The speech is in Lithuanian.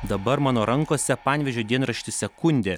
dabar mano rankose panevėžio dienraštis sekundė